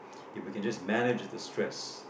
if we could just manage to distress